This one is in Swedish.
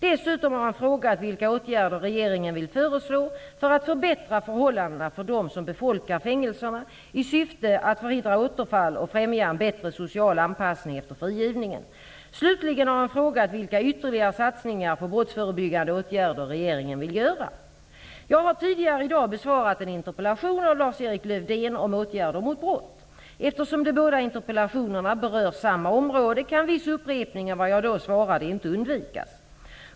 Dessutom har han frågat vilka åtgärder regeringen vill föreslå för att förbättra förhållandena för dem som befolkar fängelserna i syfte att förhindra återfall och främja en bättre social anpassning efter frigivningen. Slutligen har han frågat vilka ytterligare sasningar på brottsförebyggande åtgärder regeringen vill göra. Jag har tidigare i dag besvarat en interpellation av Lars-Erik Lövdén om åtgärder mot brott. Eftersom de båda interpellationerna berör samma område kan viss upprepning av vad jag då svarade inte undvikas.